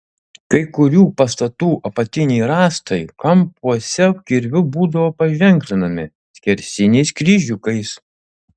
kai kurių pastatų apatiniai rąstai kampuose kirviu būdavo paženklinami skersiniais kryžiukais